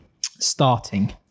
starting